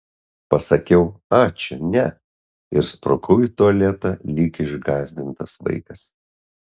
pasakiau ačiū ne ir sprukau į tualetą lyg išgąsdintas vaikas